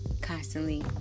constantly